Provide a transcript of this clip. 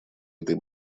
этой